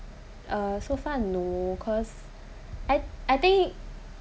so far no cause I I think